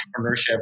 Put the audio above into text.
entrepreneurship